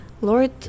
Lord